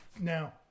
now